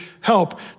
help